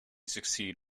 succeed